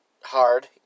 hard